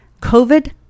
covid